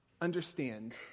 understand